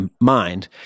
mind